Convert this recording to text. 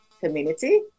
community